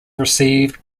received